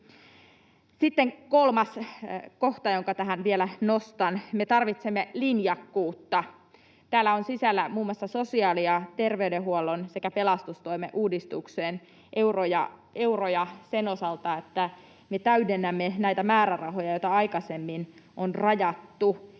kolmas kohta, jonka tähän vielä nostan: me tarvitsemme linjakkuutta. Täällä on sisällä muun muassa sosiaali- ja terveydenhuollon sekä pelastustoimen uudistukseen euroja sen osalta, että me täydennämme näitä määrärahoja, joita aikaisemmin on rajattu